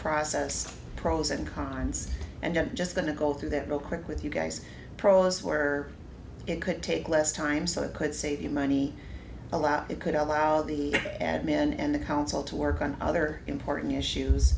process pros and cons and i'm just going to go through that real quick with you guys prose where it could take less time so it could save you money a lot it could allow the admin and the council to work on other important issues